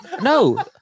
No